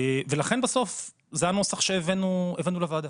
ולכן בסוף זה הנוסח שהבאנו לוועדה.